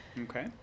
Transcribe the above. Okay